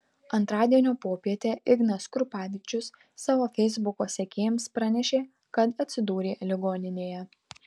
antradienio popietę ignas krupavičius savo feisbuko sekėjams pranešė kad atsidūrė ligoninėje